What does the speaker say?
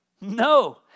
No